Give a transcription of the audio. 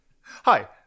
Hi